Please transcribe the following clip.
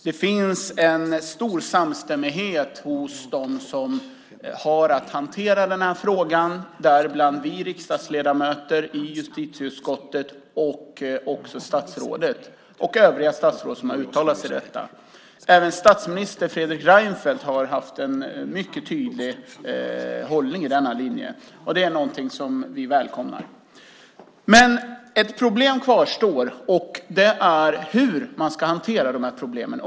Det finns en stor samstämmighet hos dem som har att hantera den här frågan, däribland vi riksdagsledamöter i justitieutskottet, statsrådet Beatrice Ask och övriga statsråd som har uttalat sig i den här frågan. Även statsminister Fredrik Reinfeldt har haft en mycket tydlig hållning i den här frågan. Det är något som vi välkomnar. Ett problem kvarstår, nämligen hur man ska hantera de här problemen.